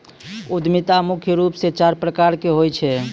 उद्यमिता मुख्य रूप से चार प्रकार के होय छै